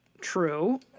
True